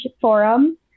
Forum